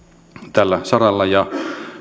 tällä saralla ja